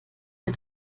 der